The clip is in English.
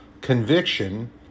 Conviction